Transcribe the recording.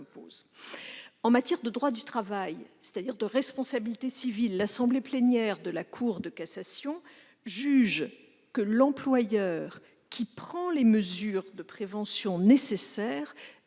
En matière de droit du travail, c'est-à-dire de responsabilité civile, l'assemblée plénière de la Cour de cassation juge que l'employeur qui prend les mesures de prévention nécessaires